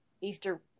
Easter